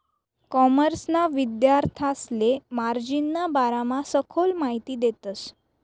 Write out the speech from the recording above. कॉमर्सना विद्यार्थांसले मार्जिनना बारामा सखोल माहिती देतस